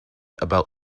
about